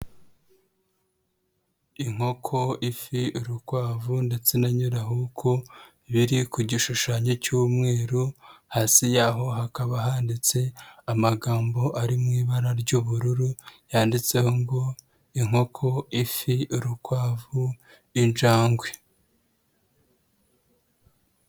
Inkoko, ifi, urukwavu ndetse na nyirahuku, biri ku gishushanyo cy'umweru, hasi yaho hakaba handitse amagambo ari mu ibara ry'ubururu, yanditseho ngo inkoko, ifi, urukwavu, injangwe.